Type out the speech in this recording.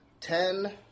Ten